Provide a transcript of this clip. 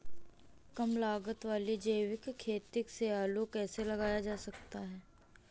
कम लागत वाली जैविक खेती में आलू कैसे लगाया जा सकता है?